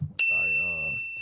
sorry